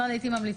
במצגת.